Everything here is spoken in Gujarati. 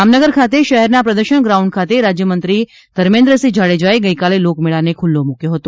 જામનગર ખાતે શહેરના પ્રદર્શન ગ્રાઉન્ડ ખાતે રાજ્યમંત્રી ધર્મેન્દ્રસિંહ જાડેજાએ ગઇકાલે લોકમેળાને ખુલ્લો મૂક્યો હતો